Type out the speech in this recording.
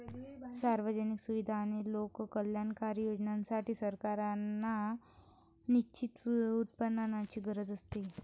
सार्वजनिक सुविधा आणि लोककल्याणकारी योजनांसाठी, सरकारांना निश्चित उत्पन्नाची गरज असते